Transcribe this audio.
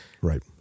right